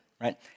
right